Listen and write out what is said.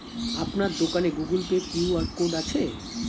আপনার দোকানে Google pay QR code আছে?